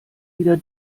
wieder